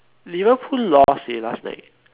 Liverpool lost eh last night